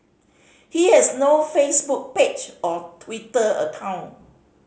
he has no Facebook page or Twitter account